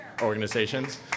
organizations